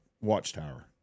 Watchtower